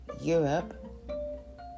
Europe